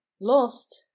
lost